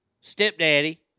stepdaddy